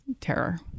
terror